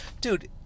dude